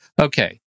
okay